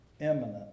imminent